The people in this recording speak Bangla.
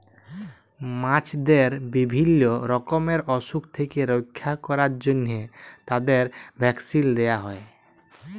মাছদের বিভিল্য রকমের অসুখ থেক্যে রক্ষা ক্যরার জন্হে তাদের ভ্যাকসিল দেয়া হ্যয়ে